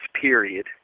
Period